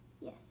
Yes